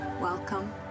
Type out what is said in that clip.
Welcome